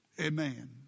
Amen